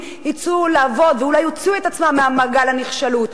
יצאו לעבוד ואולי יוציאו את עצמם ממעגל הנחשלות,